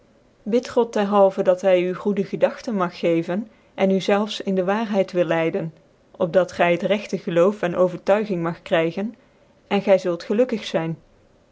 liid god dcrhalven dat hy u goede gedagtcll mng geven en u zelfs in de waarheit wil leiden op dat gy het regtc geloof en overtuiging mag krygen en gyzult gelukkig zyn